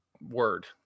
word